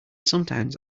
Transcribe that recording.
sometimes